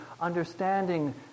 understanding